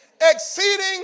Exceeding